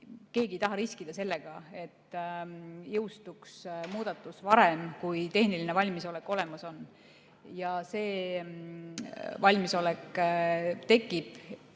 Keegi ei taha riskida sellega, et muudatus jõustuks varem, kui tehniline valmisolek olemas on. Ja see valmisolek tekib